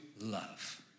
love